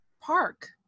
park